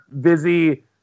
busy